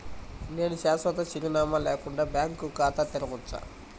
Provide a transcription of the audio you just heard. నేను శాశ్వత చిరునామా లేకుండా బ్యాంక్ ఖాతా తెరవచ్చా?